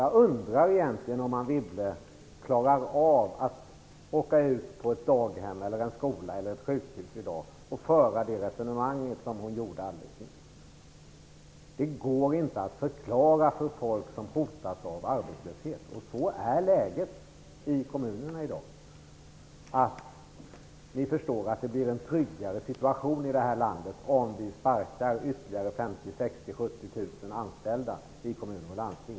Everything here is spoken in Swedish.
Jag undrar om Anne Wibble egentligen klarar av att åka ut på ett daghem, en skola eller ett sjukhus och föra det resonemang som hon förde alldeles nyss. Det går inte att ge den förklaringen till folk som hotas av arbetslöshet. Så är läget i kommunerna i dag. Man förstår inte hur det kan bli en tryggare situation i det här landet om man sparkar ytterligare 50 000-70 000 anställda i kommuner och landsting.